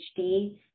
HD